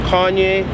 Kanye